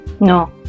No